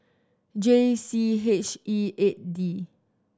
J C H E eight D